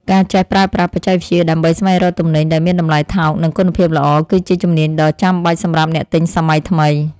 ការចេះប្រើប្រាស់បច្ចេកវិទ្យាដើម្បីស្វែងរកទំនិញដែលមានតម្លៃថោកនិងគុណភាពល្អ គឺជាជំនាញដ៏ចាំបាច់សម្រាប់អ្នកទិញសម័យថ្មី។